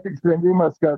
tik sprendimas kad